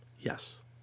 Yes